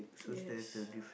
yes